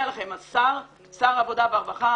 שר העבודה והרווחה